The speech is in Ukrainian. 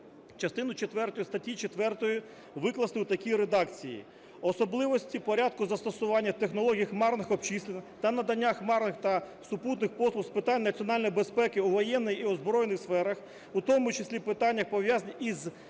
четверту статті 4 викласти у такій редакції: "особливості порядку застосування технологій хмарних обчислень та надання хмарних та супутніх послуг з питань національної безпеки у воєнній і озброєній сферах, у тому числі питаннях, пов'язаних із